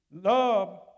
Love